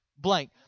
Blank